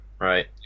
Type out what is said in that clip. Right